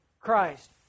Christ